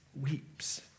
weeps